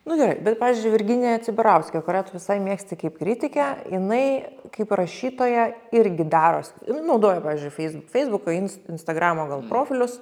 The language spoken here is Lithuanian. nu gerai bet pavyzdžiui virginija cibarauskė kurią tu visai mėgsti kaip kritikę jinai kaip rašytoja irgi daros jinai naudoja pavyzdžiui feis feisbuko inst instagramo gal profilius